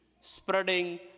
spreading